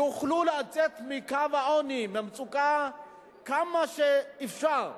לצאת מקו העוני ומהמצוקה כמה שאפשר.